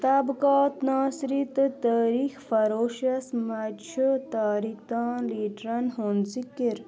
طبقات ناصری تہٕ تٲریخ فروشس منٛز چھُ تٲریخ دان لیڑرن ہُنٛد ذِکر